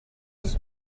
this